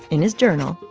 in his journal.